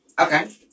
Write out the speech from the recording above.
Okay